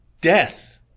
death